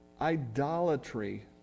idolatry